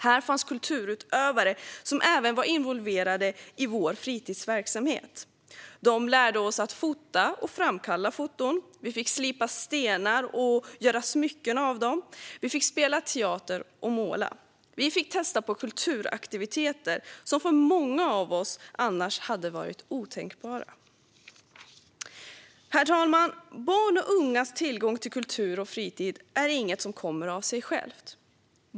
Här fanns kulturutövare som även var involverade i vår fritidsverksamhet. De lärde oss att fota och framkalla foton. Vi fick slipa stenar och göra smycken av dem. Vi fick spela teater och måla. Vi fick testa på kulturaktiviteter som för många av oss annars hade varit otänkbara. Herr talman! Barns och ungas tillgång till kultur och fritid är inget som kommer av sig självt.